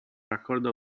raccordo